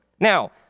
Now